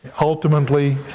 ultimately